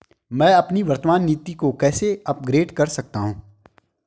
मैं अपनी वर्तमान नीति को कैसे अपग्रेड कर सकता हूँ?